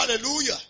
Hallelujah